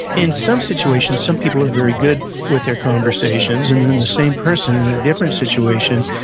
in some situations, some people are very good with their conversations, and then, the same person in a different situation,